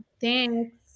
Thanks